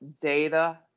data